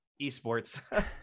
esports